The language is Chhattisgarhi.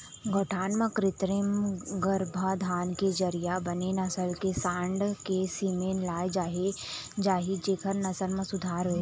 गौठान म कृत्रिम गरभाधान के जरिया बने नसल के सांड़ के सीमेन लाय जाही जेखर नसल म सुधार होही